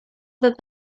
that